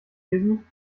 lesen